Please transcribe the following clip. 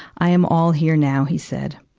i am all here now he said.